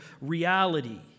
reality